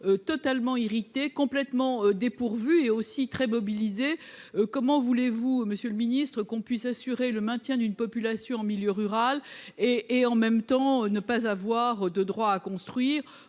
totalement irrité complètement dépourvu et aussi très mobilisés. Comment voulez-vous Monsieur le Ministre, qu'on puisse assurer le maintien d'une population en milieu rural et, et en même temps ne pas avoir de droit à construire